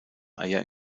eier